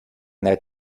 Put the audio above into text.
that